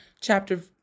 chapter